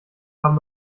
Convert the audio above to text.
haben